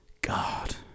God